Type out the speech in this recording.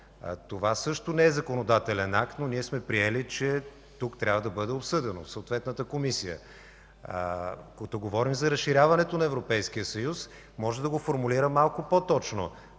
Това също не е законодателен акт, но сме приели, че тук трябва да бъде обсъдено от съответната комисия. Като говорим за разширяването на Европейския съюз, мога да го формулирам малко по-точно: